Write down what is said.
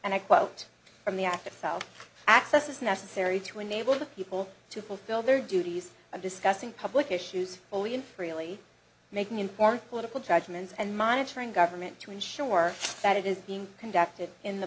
and i quote from the act itself access is necessary to enable the people to fulfill their duties and discussing public issues fully and freely making important political judgments and monitoring government to ensure that it is being conducted in the